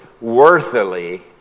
worthily